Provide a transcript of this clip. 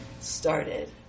started